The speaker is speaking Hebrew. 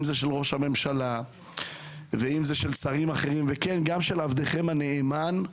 אם של ראש הממשלה ואם של שרים אחרים וגם של עבדכם הנאמן,